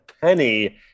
penny